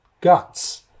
guts